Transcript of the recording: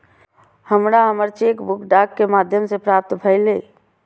हमरा हमर cheque book डाक के माध्यम से प्राप्त भईल